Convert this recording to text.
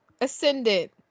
ascendant